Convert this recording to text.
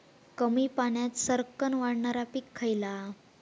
कमी पाण्यात सरक्कन वाढणारा पीक खयला?